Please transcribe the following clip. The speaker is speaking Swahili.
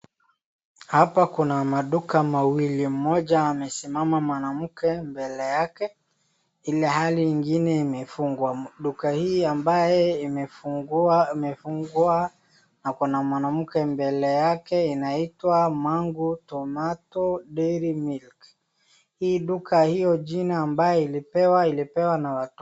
Hapa kuna maduka mawili, mmoja amesimama mwanamke mbele yake ilhali ingine imefungwa. Duka hii ambaye imefungua na kuna mwanamke mbele yake inaitwa mango tomato dairy milk ,hii duka hiyo jina ambayo ilipewa, ilipewa na watu...